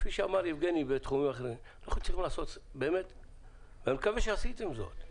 כך צריכים לעשות ואני מקווה שעשיתם זאת.